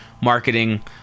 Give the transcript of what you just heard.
marketing